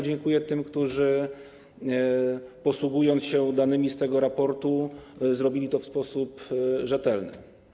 Dziękuję tym, którzy posługując się danymi z tego raportu, zrobili to w sposób rzetelny.